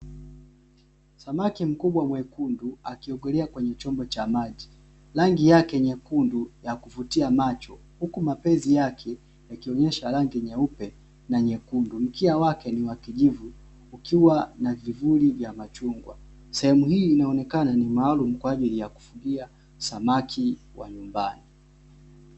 Samaki mkubwa mwekundu akiogelea kwenye chombo cha maji. Rangi yake nyekundu ya kuvutia macho, huku mapezi yake yakionesha rangi nyeupe na nyekundu, mkia wake wa kijivu ukiwa na vivuli vya machungwa. Sehemu hii inaonekana ni maalum kwaajili ya kufugia samaki wa nyumbani.